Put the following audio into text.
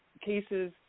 cases